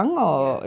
ya